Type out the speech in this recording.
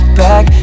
back